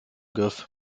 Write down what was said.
griff